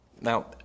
now